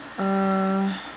err